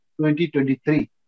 2023